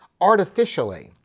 artificially